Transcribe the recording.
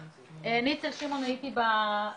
אני אצל שמעון הייתי במשק,